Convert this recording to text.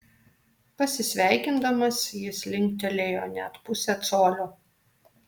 pasisveikindamas jis linktelėjo net pusę colio